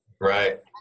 right